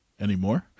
anymore